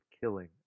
Killing